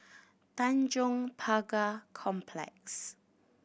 Tanjong Pagar Complex